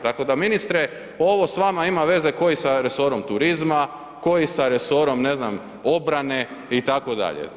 Tako da ministre, ovo s vama ima veze ko i sa resorom turizma, ko i sa resorom ne znam obrane itd.